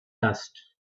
dust